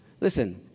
Listen